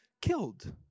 killed